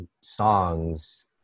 songs